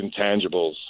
intangibles